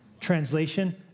Translation